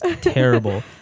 terrible